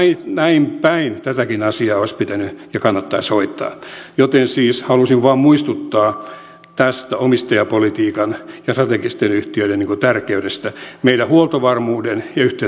näinpäin tätäkin asiaa olisi pitänyt ja kannattaisi hoitaa joten siis halusin vain muistuttaa tästä omistajapolitiikan ja strategisten yhtiöiden tärkeydestä meidän huoltovarmuuden ja yhteiskunnallisen kehityksen näkökulmasta